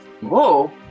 Whoa